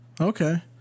okay